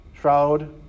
shroud